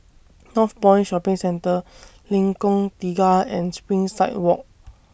Northpoint Shopping Centre Lengkong Tiga and Springside Walk